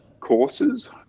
courses